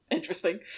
interesting